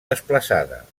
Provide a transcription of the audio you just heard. desplaçada